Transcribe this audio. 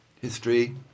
History